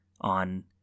on